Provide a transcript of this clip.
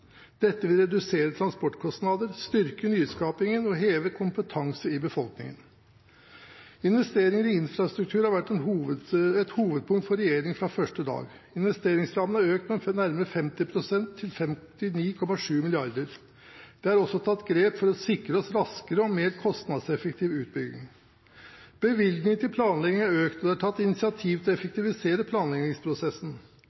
Dette vil redusere transportkostnader, styrke nyskapingen og heve kompetansen i befolkningen. Investering i infrastruktur har vært et hovedpunkt for regjeringen fra første dag. Investeringsrammene er økt med nærmere 50 pst., til 59,7 mrd. kr. Det er også tatt grep for å sikre oss raskere og mer kostnadseffektiv utbygging. Bevilgningene til planlegging er økt, og det er tatt initiativ til å